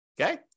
Okay